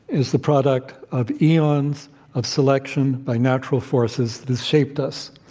is the product of eons of selection by natural forces that shaped us.